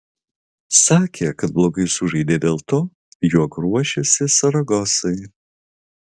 sakė kad blogai sužaidė dėl to jog ruošėsi saragosai